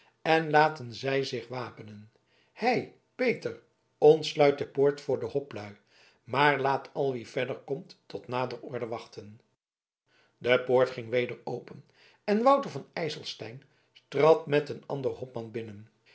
en laten zij zich wapenen hei peter ontsluit de poort voor de hoplui maar laat al wie verder komt tot nader order wachten de poort ging weder open en wouter van ijselstein trad met een ander hopman binnen